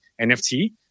NFT